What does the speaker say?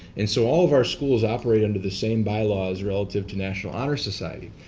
and so all of our schools operate under the same bylaws relative to national honor society.